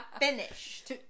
Finished